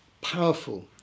powerful